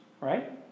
right